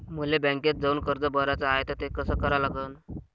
मले बँकेत जाऊन कर्ज भराच हाय त ते कस करा लागन?